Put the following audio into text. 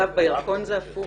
בירקון זה הפוך.